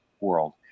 world